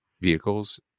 vehicles